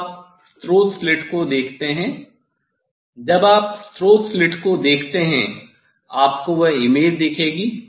अब आप स्रोत स्लिट को देखते हैं जब आप स्रोत स्लिट को देखते हैं आप को वह इमेज दिखेगी